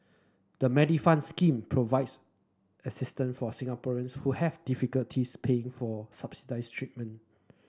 the Medifund scheme provides assistance for Singaporeans who have difficulties paying for subsidized treatment